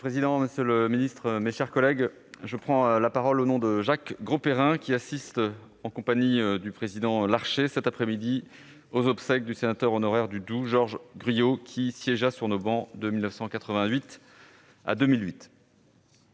Monsieur le président, monsieur le ministre, mes chers collègues, je prends la parole au nom de Jacques Grosperrin, qui assiste cette après-midi, en compagnie du président Larcher, aux obsèques du sénateur honoraire du Doubs, Georges Gruillot, qui siégea sur nos bancs de 1988 à 2008.